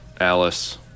Alice